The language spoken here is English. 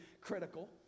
critical